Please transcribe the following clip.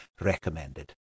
recommended